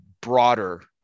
broader